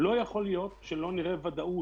אבל לא יכול להיות שלא תהיה ודאות.